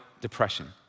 depression